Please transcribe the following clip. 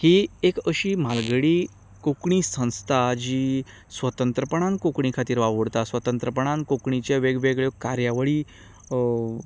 ही एक अशी म्हालगडी कोंकणी संस्था जी स्वतंत्रपणान कोंकणी खातीर वावुरता स्वतंत्रपणान कोंकणीच्यो वेगवेगळ्यो कार्यावळी